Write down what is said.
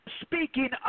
speaking